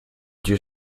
dieu